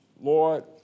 Lord